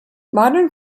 modern